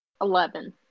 Eleven